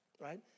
right